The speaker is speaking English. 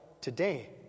today